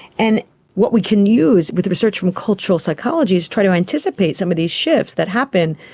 and what we can use with research from cultural psychology is try to anticipate some of these shifts that happen.